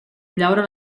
llaura